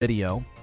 video